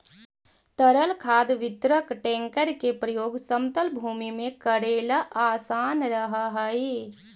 तरल खाद वितरक टेंकर के प्रयोग समतल भूमि में कऽरेला असान रहऽ हई